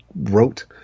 wrote